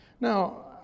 Now